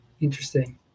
interesting